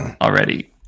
already